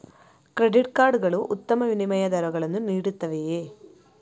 Credit card ಗಳು ಉತ್ತಮ ವಿನಿಮಯ ದರಗಳನ್ನು ನೀಡುತ್ತವೆಯೇ?